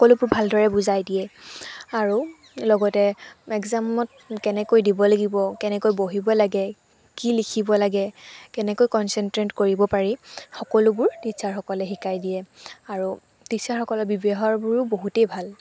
সকলোবোৰ ভালদৰে বুজাই দিয়ে আৰু লগতে এগ্জামত কেনেকৈ দিব লাগিব কেনেকৈ বহিব লাগে কি লিখিব লাগে কেনেকৈ কনচেনট্ৰেট কৰিব পাৰি সকলোবোৰ টিচাৰসকলে শিকাই দিয়ে আৰু টিচাৰসকলৰ ব্যৱহাৰবোৰো বহুতেই ভাল